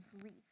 grief